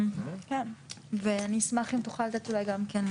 חבר ועד מקומי אחיסמך.